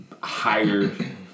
higher